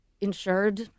insured